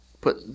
put